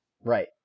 right